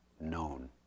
known